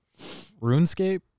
RuneScape